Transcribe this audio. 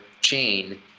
chain